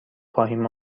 خواهیم